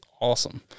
awesome